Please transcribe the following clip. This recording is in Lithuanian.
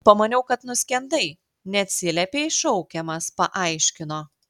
pamaniau kad nuskendai neatsiliepei šaukiamas paaiškino